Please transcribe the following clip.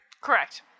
Correct